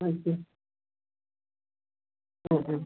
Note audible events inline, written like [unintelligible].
[unintelligible] ആ ആ